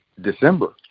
December